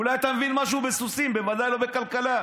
אולי אתה מבין משהו בסוסים, בוודאי לא בכלכלה.